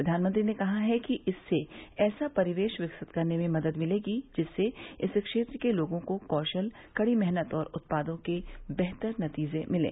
प्रधानमंत्री ने कहा कि इससे ऐसा परिवेश विकसित करने में मदद मिलेगी जिसमें इस क्षेत्र के लोगों को कौशल कड़ी मेहनत और उत्पादों के बेहतर नतीजे मिलें